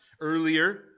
earlier